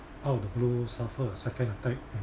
out of the blue suffer a second attack and